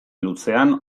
luzean